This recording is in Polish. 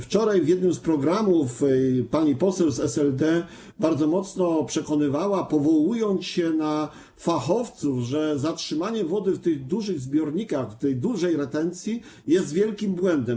Wczoraj w jednym z programów pani poseł z SLD bardzo mocno przekonywała, powołując się na fachowców, że zatrzymywanie wody w tych dużych zbiornikach, dużej retencji, jest wielkim błędem.